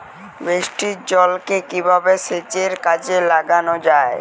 বৃষ্টির জলকে কিভাবে সেচের কাজে লাগানো যায়?